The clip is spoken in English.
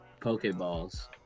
Pokeballs